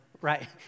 right